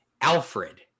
alfred